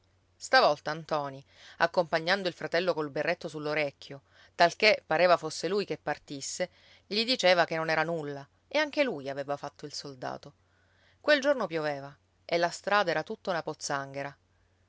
stavolta ntoni accompagnando il fratello col berretto sull'orecchio talché pareva fosse lui che partisse gli diceva che non era nulla e anche lui aveva fatto il soldato quel giorno pioveva e la strada era tutta una pozzanghera